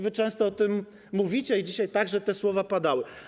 Wy często o tym mówicie i dzisiaj także te słowa padały.